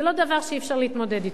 זה לא דבר שאי-אפשר להתמודד אתו,